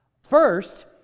First